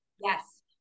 Yes